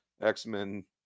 x-men